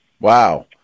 Wow